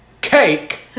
cake